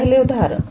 पहले उदाहरण